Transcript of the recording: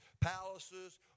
palaces